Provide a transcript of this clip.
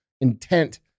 intent